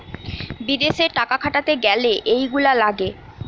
বিদেশে টাকা খাটাতে গ্যালে এইগুলা লাগে